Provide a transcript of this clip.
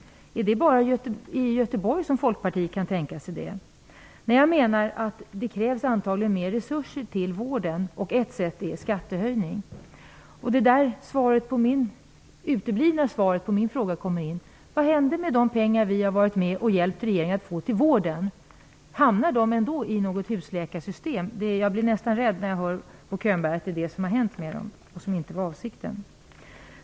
Är det bara i Göteborg som Folkpartiet kan tänka sig en skattehöjning? Jag menar att det antagligen krävs mer av resurser till vården. Ett sätt att åstadkomma det är att genomföra en skattehöjning. Det är där som det uteblivna svaret på min fråga blir aktuellt. Vad hände med de pengar som vi har hjälpt regeringen att få till vården? Hamnar de pengarna ändå i ett husläkarsystem? När jag hör Bo Könberg blir jag nästan rädd. Jag undrar alltså om det är vad som har hänt med pengarna, men som inte var avsikten.